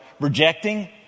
rejecting